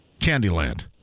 Candyland